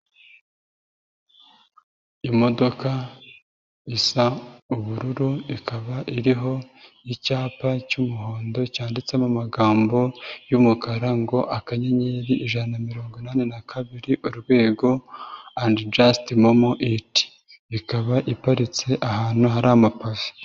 Imodoka isa ubururu ikaba iriho icyapa cy'umuhondo cyanditsemo amagambo y'umukara ngo akanyenyeri ijana na mirongo inani na kabiri, urwego and just momo ikaba iparitse ahantu hari amapave.